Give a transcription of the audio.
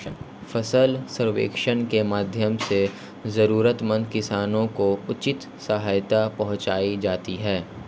फसल सर्वेक्षण के माध्यम से जरूरतमंद किसानों को उचित सहायता पहुंचायी जाती है